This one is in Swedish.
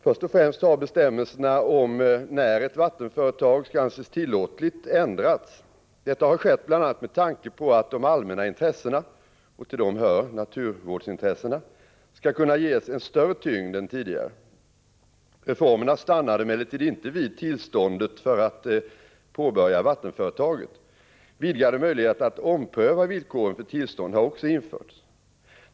Först och främst har bestämmelserna om när ett vattenföretag skall anses tillåtligt ändrats. Detta har skett bl.a. med tanke på att de allmänna intressena — och till dem hör naturvårdsintressena — skall kunna ges en större tyngd än tidigare. Reformerna stannade emellertid inte vid tillståndet för att påbörja vattenföretaget. Vidgade möjligheter att ompröva villkoren för tillstånd har också införts.